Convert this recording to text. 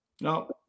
No